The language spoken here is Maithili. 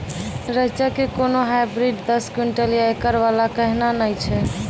रेचा के कोनो हाइब्रिड दस क्विंटल या एकरऽ वाला कहिने नैय छै?